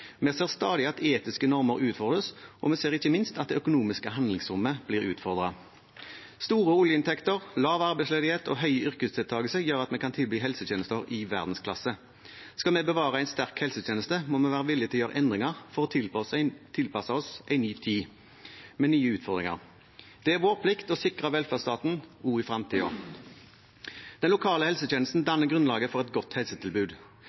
Vi ser stadig at etiske normer utfordres, og vi ser ikke minst at det økonomiske handlingsrommet blir utfordret. Store oljeinntekter, lav arbeidsledighet og høy yrkesdeltakelse gjør at vi kan tilby helsetjenester i verdensklasse. Skal vi bevare en sterk helsetjeneste, må vi være villig til å gjøre endringer for å tilpasse oss en ny tid med nye utfordringer. Det er vår plikt å sikre velferdsstaten også i fremtiden. Den lokale helsetjenesten danner grunnlaget for et godt helsetilbud.